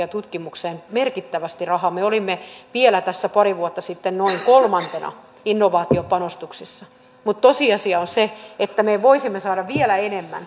ja tutkimukseen merkittävästi rahaa me olimme vielä tässä pari vuotta sitten noin kolmantena innovaatiopanostuksissa mutta tosiasia on se että me voisimme saada vielä enemmän